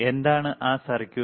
എന്താണ് ആ സർക്യൂട്ട്